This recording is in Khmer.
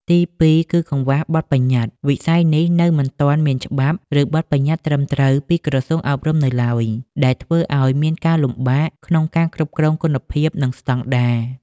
ទីពីរ គឺកង្វះបទប្បញ្ញត្តិ វិស័យនេះនៅមិនទាន់មានច្បាប់ ឬបទប្បញ្ញត្តិត្រឹមត្រូវពីក្រសួងអប់រំនៅឡើយ ដែលធ្វើឲ្យមានការលំបាកក្នុងការគ្រប់គ្រងគុណភាព និងស្តង់ដារ។